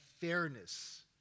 fairness